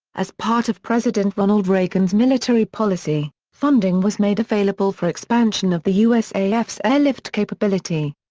as part of president ronald reagan's military policy, funding was made available for expansion of the usaf's airlift capability.